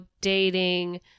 dating